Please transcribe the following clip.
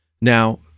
Now